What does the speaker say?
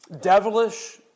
devilish